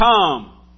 come